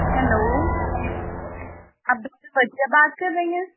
hello آپ doctor Wajiha بات کر رہی ہیں